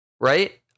right